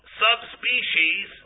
subspecies